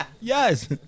Yes